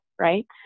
Right